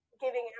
giving